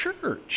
church